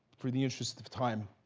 for the interest of time,